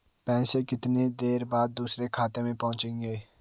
पैसे कितनी देर बाद दूसरे खाते में पहुंचेंगे?